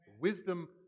Wisdom